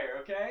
okay